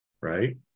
right